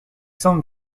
san